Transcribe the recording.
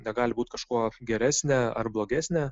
negali būt kažkuo geresnė ar blogesnė